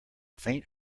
faint